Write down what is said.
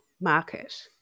market